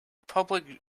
public